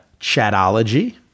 Chatology